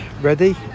ready